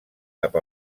cap